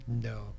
No